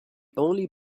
only